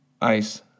ICE